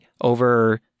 over